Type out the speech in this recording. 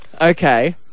Okay